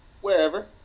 Wherever